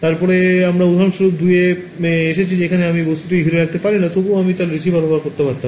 তারপরে আমরা উদাহরণস্বরূপ 2 এ এসেছি যেখানে আমি বস্তুটি ঘিরে রাখতে পারি না তবুও আমি আরও রিসিভার ব্যাবহার করতে পারতাম